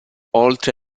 oltre